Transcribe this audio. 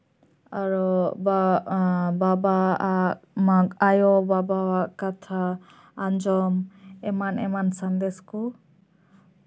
ᱟᱨᱚ ᱵᱟ ᱵᱟᱵᱟ ᱮᱸᱜ ᱟᱭᱚ ᱵᱟᱵᱟᱣᱟᱜ ᱠᱟᱛᱷᱟ ᱟᱸᱡᱚᱢ ᱮᱢᱟᱱᱼᱮᱢᱟᱱ ᱥᱟᱸᱫᱮᱥ ᱠᱚ